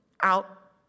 out